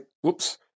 whoops